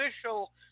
official